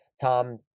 Tom